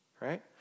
right